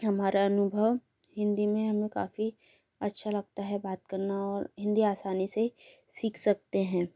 हमारा अनुभव हिंदी में हमें काफ़ी अच्छा लगता है बात करना और हिंदी आसानी से सीख सकते हैं